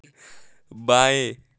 बाएँ